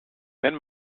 wenn